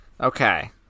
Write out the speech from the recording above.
Okay